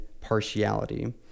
partiality